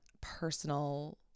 personal